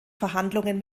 verhandlungen